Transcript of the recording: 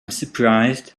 surprised